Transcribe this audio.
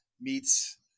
meets